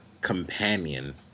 companion